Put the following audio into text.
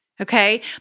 Okay